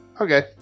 Okay